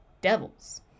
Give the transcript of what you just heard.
devils